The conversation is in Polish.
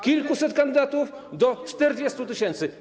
Kilkuset kandydatów i 40 tys.